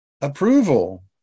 approval